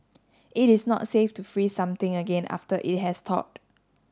it is not safe to freeze something again after it has thawed